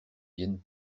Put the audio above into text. viennent